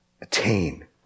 attain